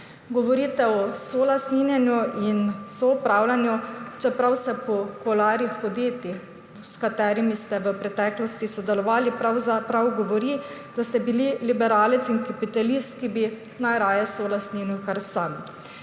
Govorite o solastninjenju in soupravljanju, čeprav se po kuloarjih podjetij, s katerimi ste v preteklosti sodelovali, pravzaprav govori, da ste bili liberalec in kapitalist, ki bi najraje solastninil kar sam.